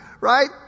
right